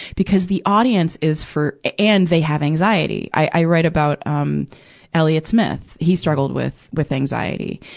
because the audience is for and they have anxiety. i, i write about um elliott smith he struggled with, with anxiety.